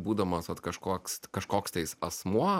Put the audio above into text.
būdamas vat kažkoks kažkoks tais asmuo